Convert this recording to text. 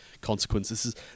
consequences